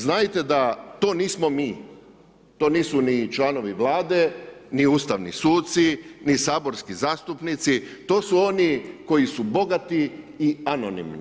Znajte da to nismo mi, to nisu ni članovi Vlade, ni ustavni sudci, ni saborski zastupnici to su oni koji su bogati i anonimni.